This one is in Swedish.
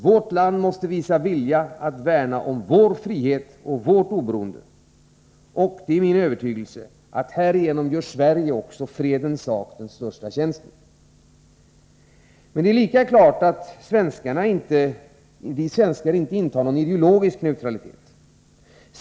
Vårt land måste visa vilja att värna om vår frihet och vårt oberoende. Det är min övertygelse att Sverige härigenom också gör fredens sak den största tjänsten. Men det är lika klart att vi svenskar inte iakttar någon ideologisk neutralitet.